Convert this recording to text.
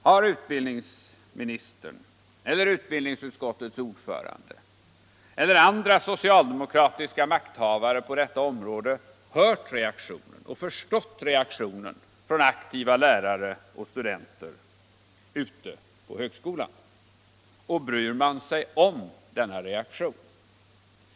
Har utbildningsministern eller utbildningsutskottets ordförande eller andra socialdemokratiska makthavare på detta område hört och förstått reaktionen från aktiva lärare och studerande ute på högskolan? Och bryr man sig om denna reaktion?